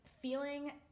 Feeling